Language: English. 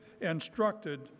instructed